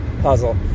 puzzle